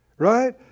Right